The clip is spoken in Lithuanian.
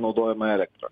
naudojamą elektrą